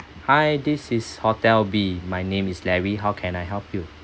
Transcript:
hi this is hotel B my name is larry how can I help you